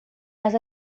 mas